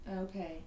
Okay